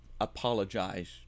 apologize